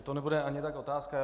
To nebude ani tak otázka.